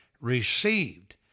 received